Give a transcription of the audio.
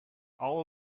all